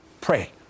Pray